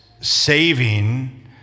saving